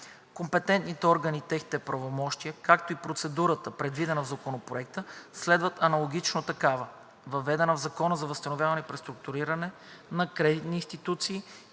Компетентните органи и техните правомощия, както и процедурата, предвидена в Законопроекта, следват аналогичната такава, въведена в Закона за възстановяване и преструктуриране на кредитни институции